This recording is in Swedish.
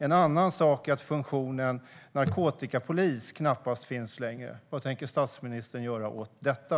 En annan sak är att funktionen narkotikapolis knappast finns längre. Vad tänker statsministern göra åt detta?